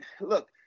look